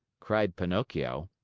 cried pinocchio.